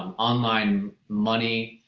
um online money,